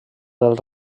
del